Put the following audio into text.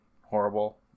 horrible